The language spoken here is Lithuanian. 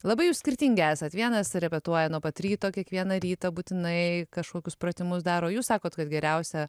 labai jūs skirtingi esat vienas repetuoja nuo pat ryto kiekvieną rytą būtinai kažkokius pratimus daro jūs sakot kad geriausia